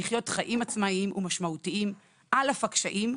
לחיות חיים עצמאיים ומשמעותיים על אף הקשיים,